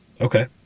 Okay